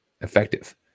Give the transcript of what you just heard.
effective